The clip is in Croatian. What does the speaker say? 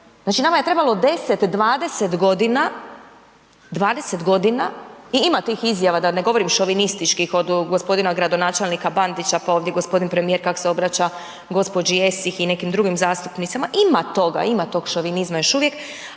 Znači nama je trebalo 10, 20 g. i ima tih izjava da ne govorim šovinističkih od g. gradonačelnika Bandića pa ovdje g. premijer kako se obraća gđi. Esih i nekim drugim zastupnicama, ima toga, ima tog šovinizma još uvijek